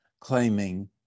claiming